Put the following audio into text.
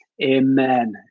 Amen